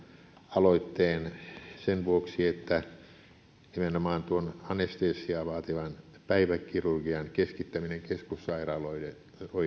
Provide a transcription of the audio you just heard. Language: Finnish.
aloitteen sen vuoksi että nimenomaan tuon anestesiaa vaativan päiväkirurgian keskittäminen keskussairaaloihin